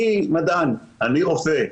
אני מדען, אני רופא,